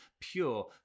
Pure